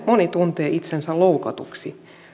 moni tuntee itsensä loukatuksi